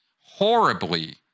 horribly